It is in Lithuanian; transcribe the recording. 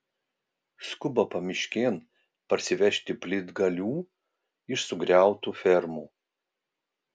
skuba pamiškėn parsivežti plytgalių iš sugriautų fermų